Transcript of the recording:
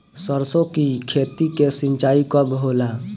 सरसों की खेती के सिंचाई कब होला?